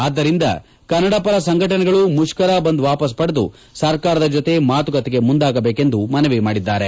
ಆದ್ಲರಿಂದ ಕನ್ನಡಪರ ಸಂಘಟನೆಗಳು ಮುಷ್ಕರ ಬಂದ್ ವಾಪಸ್ ಪಡೆದು ಸರ್ಕಾರದ ಜೊತೆ ಮಾತುಕತೆಗೆ ಮುಂದಾಗಬೇಕೆಂದು ಮನವಿ ಮಾಡಿದ್ದಾರೆ